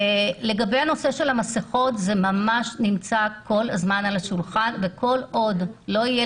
נושא המסכות נמצא כל הזמן על השולחן וכל עוד לא יהיה